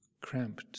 cramped